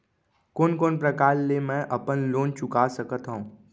कोन कोन प्रकार ले मैं अपन लोन चुका सकत हँव?